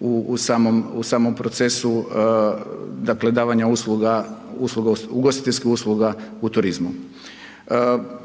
u samom procesu, dakle, davanja usluga, usluga, ugostiteljskih usluga u turizmu,